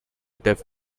deaf